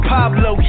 Pablo